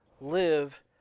live